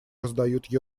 раздают